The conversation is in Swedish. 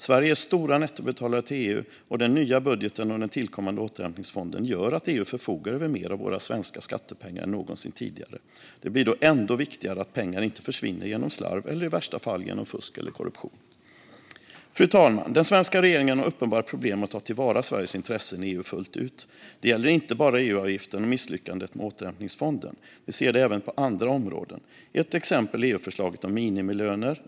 Sverige är stora nettobetalare till EU, och den nya budgeten och den tillkommande återhämtningsfonden gör att EU förfogar över mer av våra svenska skattepengar än någonsin tidigare. Det blir då ännu viktigare att pengar inte försvinner genom slarv eller i värsta fall genom fusk eller korruption. Fru talman! Den svenska regeringen har uppenbara problem med att ta till vara Sveriges intressen i EU fullt ut. Det gäller inte bara EU-avgiften och misslyckandet med återhämtningsfonden, utan vi ser det även på andra områden. Ett exempel är EU-förslaget om minimilöner.